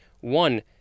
one